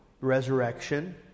resurrection